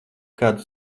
kādu